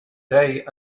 day